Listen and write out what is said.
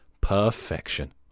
Perfection